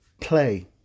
play